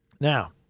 Now